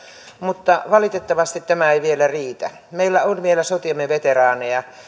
mutta valitettavasti tämä ei vielä riitä meillä on vielä sotiemme veteraaneja